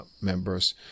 members